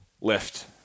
left